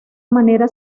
manera